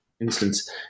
instance